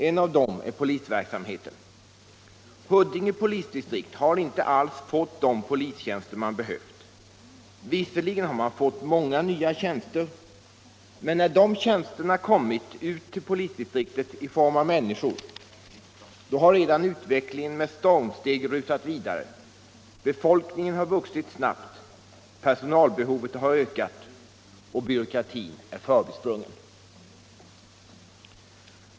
En av dem är polisverksamheten. Huddinge polisdistrikt har inte alls fått de polistjänster som man behövt. Visserligen har man fått många nya tjänster, men när dessa tjänster kommit ut till polisdistriktet i form av människor, har utvecklingen redan med stormsteg rusat vidare, befolkningen har vuxit snabbt, personalbehovet har ökat och byråkratin är helt förbisprungen.